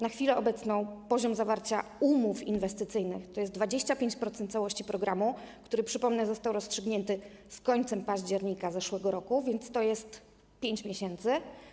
Na chwilę obecną poziom zawarcia umów inwestycyjnych to jest 25% całości programu, który - przypomnę - został rozstrzygnięty z końcem października zeszłego roku, więc to jest 5 miesięcy.